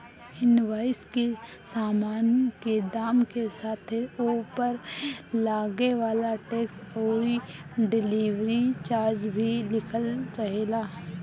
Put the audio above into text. invoice में सामान के दाम के साथे ओपर लागे वाला टेक्स अउरी डिलीवरी चार्ज भी लिखल रहेला